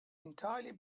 entirely